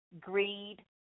greed